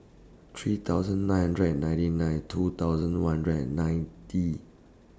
three thousand nine hundred and ninety nine two thousand one hundred and ninety